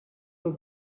will